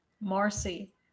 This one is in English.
Marcy